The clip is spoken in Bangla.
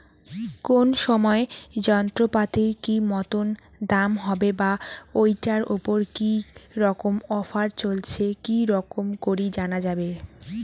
কোন সময় যন্ত্রপাতির কি মতন দাম হবে বা ঐটার উপর কি রকম অফার চলছে কি রকম করি জানা যাবে?